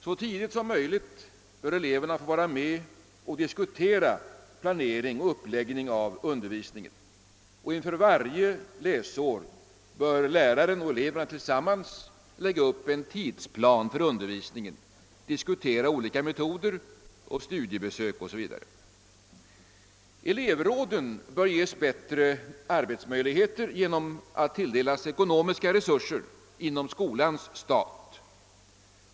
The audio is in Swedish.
Så tidigt som möjligt bör eleverna vara med och diskutera planering och uppläggning av undervisningen, och inför varje läsår bör läraren och eleverna tillsammans lägga upp en tidsplan för undervisningen samt diskutera olika metoder, studiebesök o. s. v. Elevråden bör ges bättre arbetsmöjligheter genom att tilldelas ekonomiska resurser inom skolans stat.